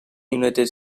united